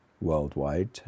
worldwide